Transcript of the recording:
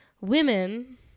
women